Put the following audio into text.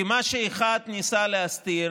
כי מה שאחד ניסה להסתיר